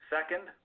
Second